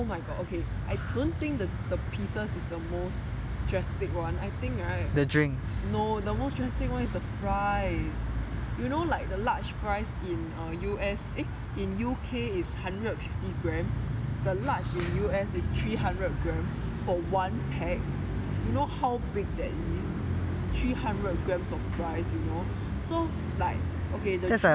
oh my god I don't think the pieces is the most drastic one I think right no the most drastic one is the fries you know like the large fries in U_S eh in U_K is hundred fifty gram the large in U_S is three hundred gram for one pax you know how big that is three hundred grams of fries you know so like okay the drink